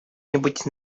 нибудь